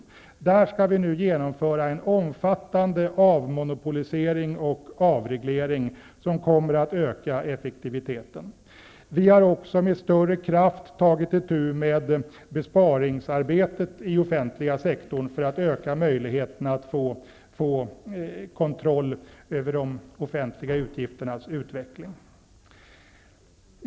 På det området skall vi nu genomföra en omfattande avmonopolisering och avreglering, som kommer att öka effektiviteten. Vi har också med större kraft tagit itu med besparingsarbetet inom den offentliga sektorn för att öka möjligheterna att få kontroll över de offentliga utgifternas utveckling.